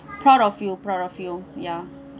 proud of your proud of you ya